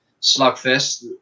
slugfest